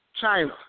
China